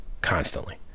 constantly